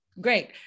great